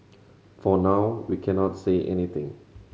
for now we cannot say anything